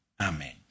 amen